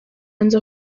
nza